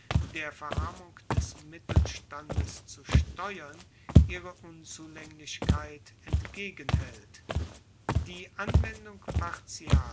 der verarmung des mittelstandes zu steuern ihre unzulaenglichkeit entgegenhaelt die anwendung